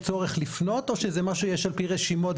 ורק שאלה, יש תהליך פנייה?